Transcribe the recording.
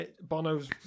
Bono's